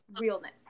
realness